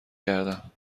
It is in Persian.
کردم